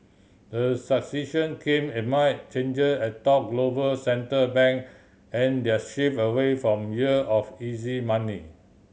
the succession come amid changer atop global central bank and their shift away from year of easy money